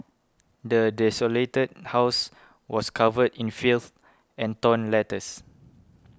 the desolated house was covered in filth and torn letters